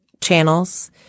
channels